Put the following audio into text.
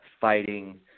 fighting